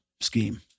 scheme